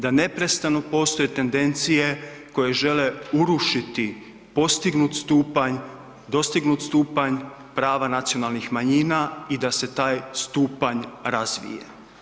Da neprestano postoje tendencije koje žele urušiti postignut stupanj, dostignut stupanj prava nacionalnih manjina i da se taj stupanj razvije.